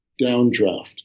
downdraft